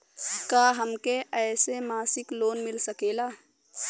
का हमके ऐसे मासिक लोन मिल सकेला?